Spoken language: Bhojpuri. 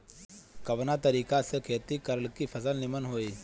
कवना तरीका से खेती करल की फसल नीमन होई?